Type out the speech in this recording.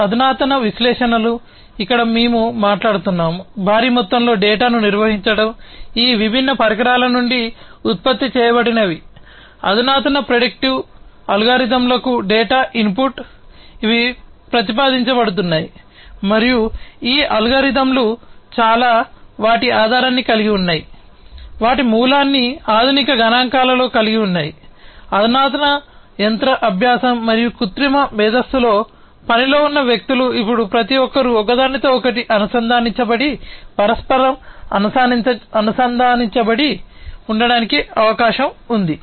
అధునాతన విశ్లేషణలు ఇక్కడ మేము మాట్లాడుతున్నాము భారీ మొత్తంలో డేటాను నిర్వహించడం ఈ విభిన్న పరికరాల నుండి ఉత్పత్తి చేయబడినవి అధునాతన ప్రిడిక్టివ్ డేటా ఇన్పుట్ ఇవి ప్రతిపాదించబడుతున్నాయి మరియు ఈ అల్గోరిథంలు చాలా వాటి ఆధారాన్ని కలిగి ఉన్నాయి వాటి మూలాన్ని ఆధునిక గణాంకాలలో కలిగి ఉన్నాయి అధునాతన యంత్ర అభ్యాసం మరియు కృత్రిమ మేధస్సులో పనిలో ఉన్న వ్యక్తులు ఇప్పుడు ప్రతి ఒక్కరూ ఒకదానితో ఒకటి అనుసంధానించబడి పరస్పరం అనుసంధానించబడి ఉండటానికి అవకాశం ఉంది